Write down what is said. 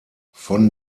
von